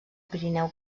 pirineu